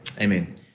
Amen